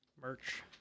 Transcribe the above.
Merch